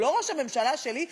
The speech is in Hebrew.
הוא לא ראש הממשלה שלי?